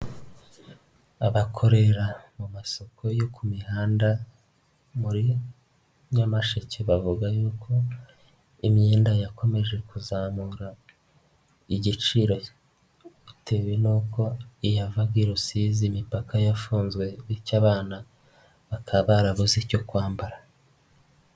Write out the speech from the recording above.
Abakorera mu masoko yo ku mihanda muri Nyamasheke bavuga yuko imyenda yakomeje kuzamura igiciro bitewe nuko iyavaga i Rusizi imipaka yafunzwe, bityo abana bakaba barabuze icyo kwambara.